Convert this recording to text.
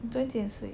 你昨天几点睡